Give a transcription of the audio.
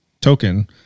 token